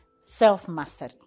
self-mastery